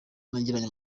nagiranye